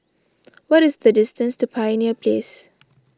what is the distance to Pioneer Place